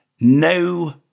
No